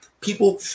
people